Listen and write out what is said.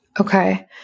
Okay